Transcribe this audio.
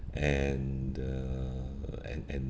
and uh and and